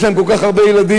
יש להם כל כך הרבה ילדים,